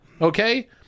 okay